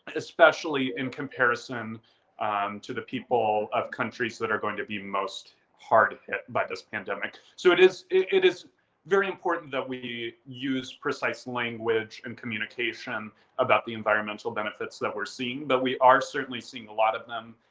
especially in comparison to the people of countries that are going to be most hard hit by this pandemic. so it is it is very important that we use precise language and communication about the environmental benefits that we're seeing. but we are certainly seeing a lot of them.